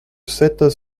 sept